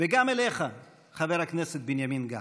וגם אליך, חבר הכנסת בנימין גנץ: